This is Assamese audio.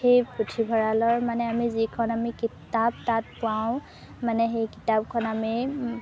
সেই পুথিভঁৰালৰ মানে আমি যিখন আমি কিতাপ তাত পাওঁ মানে সেই কিতাপখন আমি